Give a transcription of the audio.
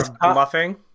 bluffing